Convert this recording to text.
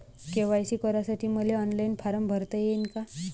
KYC करासाठी मले online form भरता येईन का?